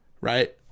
right